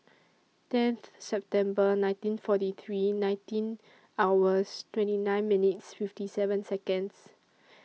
tenth September nineteen forty three nineteen hours twenty nine minutes fifty seven Seconds